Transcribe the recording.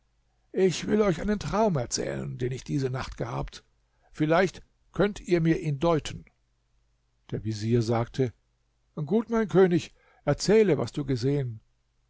ich will euch einen traum erzählen den ich diese nacht gehabt vielleicht könnt ihr mir ihn deuten der vezier sagte gut mein könig erzähle was du gesehen